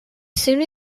soon